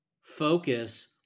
focus